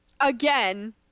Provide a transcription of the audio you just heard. Again